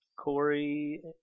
Corey